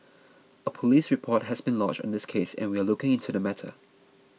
a police report has been lodged on this case and we are looking into the matter